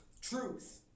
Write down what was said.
Truth